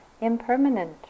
impermanent